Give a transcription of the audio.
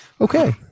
okay